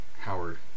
Howard